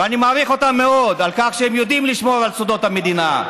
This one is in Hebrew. ואני מעריך אותם מאוד על כך שהם יודעים לשמור על סודות המדינה.